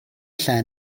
lle